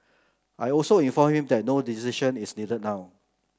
I also informed him that no decision is needed now